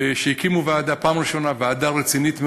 שהקימו ועדה, פעם ראשונה ועדה רצינית מאוד,